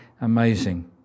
amazing